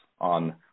on